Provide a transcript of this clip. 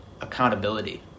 accountability